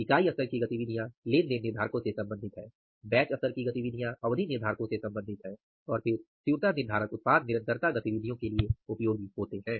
इकाई स्तर की गतिविधियाँ लेन देन निर्धारकों से संबंधित हैं बैच स्तर की गतिविधियाँ अवधि निर्धारकों से संबंधित हैं और फिर तीव्रता निर्धारक उत्पाद निरंतरता गतिविधियों के लिए उपयोगी होते हैं